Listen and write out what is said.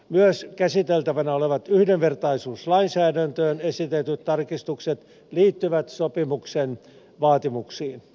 myös käsiteltävänä olevat yhdenvertaisuuslainsäädäntöön esitetyt tarkistukset liittyvät sopimuksen vaatimuksiin